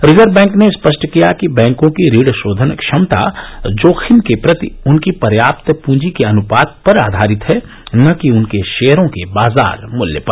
reserve bank ने स्पष्ट किया कि बैंकों की ऋण शोघन क्षमता जोखिम के प्रति उनकी पर्याप्त पृंजी के अनुपात पर आधारित है न कि उनके शेयरों के बाजार मुल्य पर